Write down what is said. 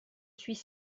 suis